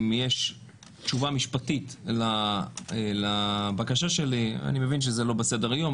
אם יש תשובה משפטית לבקשה שלי אני מבין שזה לא בסדר-היום,